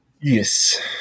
yes